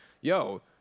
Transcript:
yo